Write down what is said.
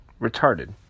retarded